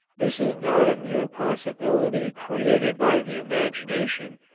this is not a mere possibility created by the imagination,